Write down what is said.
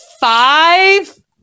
five